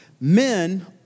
Men